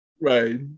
Right